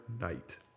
night